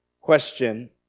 question